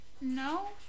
No